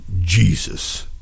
Jesus